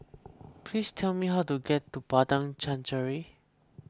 please tell me how to get to Padang Chancery